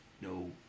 no